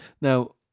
now